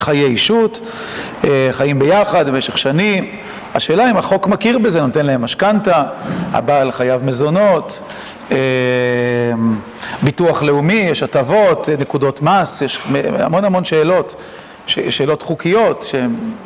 חיי אישות, חיים ביחד במשך שנים, השאלה אם החוק מכיר בזה, נותן להם משכנתה, הבעל חייב מזונות, ביטוח לאומי, יש הטבות, נקודות מס, יש המון המון שאלות, שאלות חוקיות.שהם